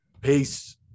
Peace